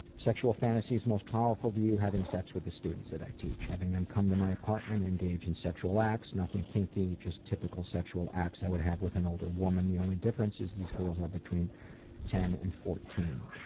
sexual fantasies most powerful to you having sex with the students that i teach, having them come to my apartment and engage in sexual acts. nothing kinky, just typical sexual acts that i would have with an older woman the only difference is these girls are between ten and fourteen.